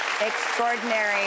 extraordinary